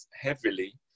heavily